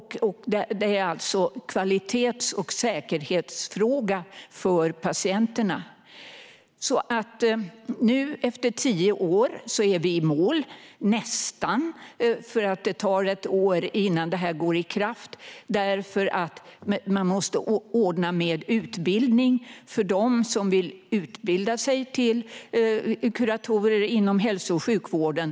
Det är alltså en kvalitets och säkerhetsfråga för patienterna. Nu, efter tio år, är vi i mål, nästan. Det tar ett år innan detta träder i kraft, för utbildning måste ordnas för dem som vill utbilda sig till kuratorer inom hälso och sjukvården.